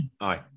Aye